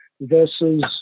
versus